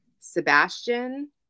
Sebastian